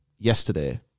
Yesterday